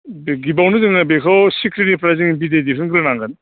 गिबियावनो जोङो बेखौ सिखिरिनिफ्राय जोङो बिदै दिहुनग्रोनांगोन